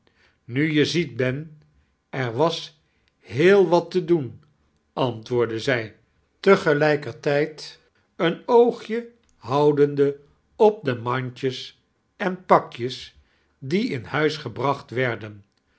nu je ziet ben er was heel wat te doen antwoordde zij te gelijkertijd een oogje houdende op ghaeles dickens de mandjes en pakje die in huis gebracht werdm